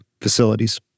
facilities